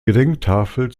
gedenktafel